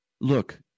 Look